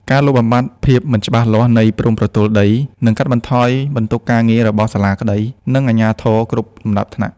ការលុបបំបាត់ "ភាពមិនច្បាស់លាស់នៃព្រំប្រទល់ដី" នឹងកាត់បន្ថយបន្ទុកការងាររបស់សាលាក្ដី និងអាជ្ញាធរគ្រប់លំដាប់ថ្នាក់។